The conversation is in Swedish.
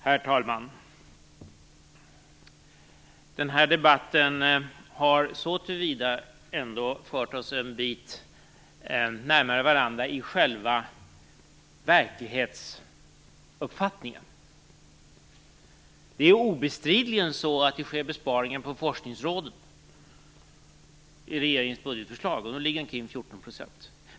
Herr talman! Den här debatten har ändå fört oss en bit närmare varandra i själva verklighetsuppfattningen. Det är obestridligen så att det sker besparingar på forskningsråden i regeringens budgetförslag på omkring 14 %.